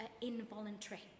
involuntary